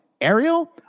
Ariel